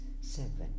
seven